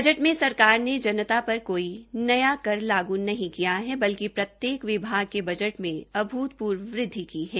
budget में सरकार ने जनता पर कोई नया कर लागू नहीं किया है बल्कि प्रत्येक विभाग के बजट में अभूतपूर्व वृद्धि की है